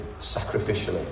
sacrificially